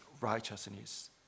righteousness